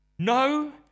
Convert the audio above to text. No